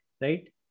right